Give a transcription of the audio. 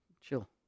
chill